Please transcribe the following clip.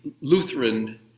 Lutheran